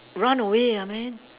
run away ah man